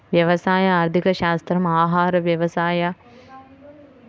వ్యవసాయ ఆర్థికశాస్త్రం ఆహార, వ్యవసాయ, పర్యావరణ విధానాల్ని ప్రభావితం చేస్తుంది